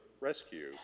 rescue